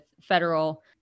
federal